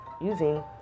using